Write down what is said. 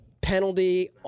penalty